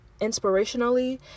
inspirationally